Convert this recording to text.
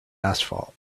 asphalt